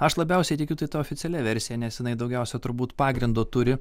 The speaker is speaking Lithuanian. aš labiausiai tikiu tai ta oficialia versija nes jinai daugiausia turbūt pagrindo turi